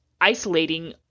isolating